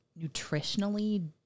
nutritionally